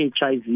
HIV